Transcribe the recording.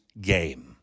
game